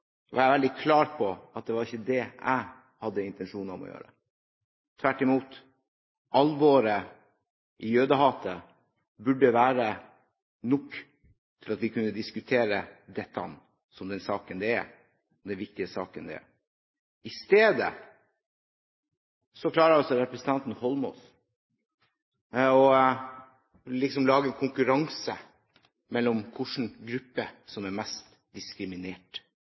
saksordfører var jeg veldig klar på at det var ikke min intensjon. Tvert imot: Alvoret i jødehatet burde være nok til at vi kunne diskutere dette som den viktige saken det er. I stedet klarer altså representanten Holmås å lage konkurranse mellom gruppene om hvilken av dem som er mest diskriminert.